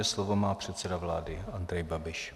Slovo má předseda vlády Andrej Babiš.